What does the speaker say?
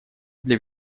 для